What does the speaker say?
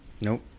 Nope